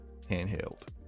Handheld